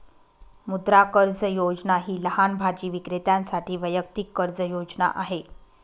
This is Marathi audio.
मुद्रा कर्ज योजना ही लहान भाजी विक्रेत्यांसाठी वैयक्तिक कर्ज योजना आहे